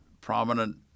prominent